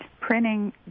printing